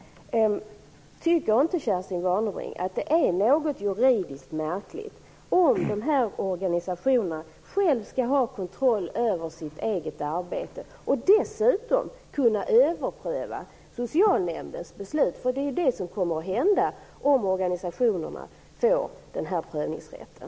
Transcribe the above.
Tycker inte Kerstin Warnerbring att det är juridiskt något märkligt om de här organisationerna själva skall ha kontrollen över sitt eget arbete och dessutom kunna överpröva socialnämndens beslut? Det är ju det som kommer att hända, om organisationerna får den här prövningsrätten.